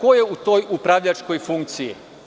Ko je u toj upravljačkoj funkciji?